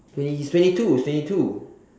twenty he's twenty two he's twenty two